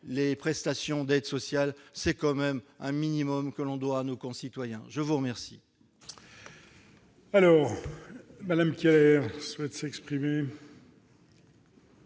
les prestations d'aide sociale, c'est quand même le minimum que l'on doit à nos concitoyens ! La parole